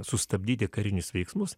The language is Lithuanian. sustabdyti karinius veiksmus